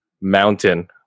Mountain